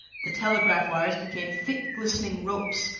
the telegraph wires became thick glistening ropes,